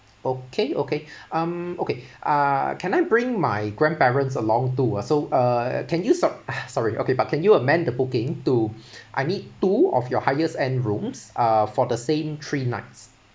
okay okay um okay uh can I bring my grandparents along too ah so uh can you sup~ uh sorry okay but can you amend the booking to I need two of your highest end rooms uh for the same three nights